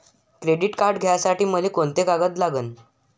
Credit card घ्यासाठी मले कोंते कागद लागन?